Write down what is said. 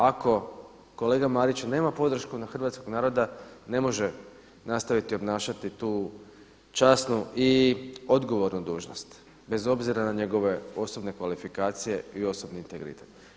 Ako kolega Marić nema podršku hrvatskog naroda ne može nastaviti obnašati tu časnu i odgovornu dužnost bez obzira na njegove osobne kvalifikacije i osobni integritet.